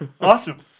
Awesome